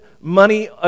money